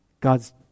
God's